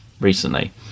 recently